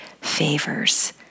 favors